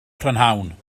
prynhawn